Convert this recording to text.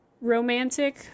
romantic